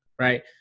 Right